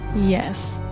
yes.